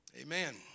Amen